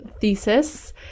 thesis